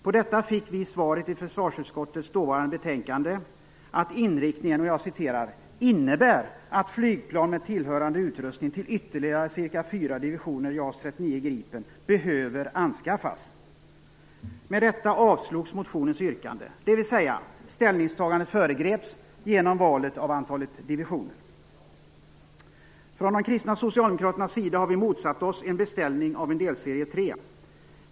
På detta fick vi i försvarsutskottets dåvarande betänkande svaret att inriktningen "innebär att flygplan med tillhörande utrustning till ytterligare ca 4 divisioner JAS 39 Gripen behöver anskaffas". Vi kristna socialdemokrater har motsatt oss en beställning av en delserie 3.